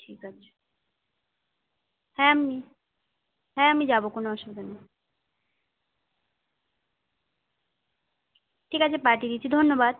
ঠিক আছে হ্যাঁ আমি হ্যাঁ আমি যাবো কোন অসুবিধা নেই ঠিক আছে পাঠিয়ে দিচ্ছি ধন্যবাদ